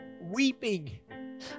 weeping